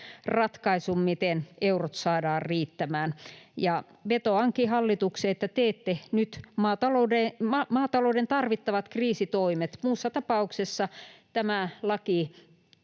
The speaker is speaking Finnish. ratkaisun, miten eurot saadaan riittämään. Vetoankin hallitukseen, että teette nyt maatalouden tarvittavat kriisitoimet. Muussa tapauksessa tämä laki